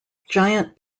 giant